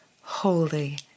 holy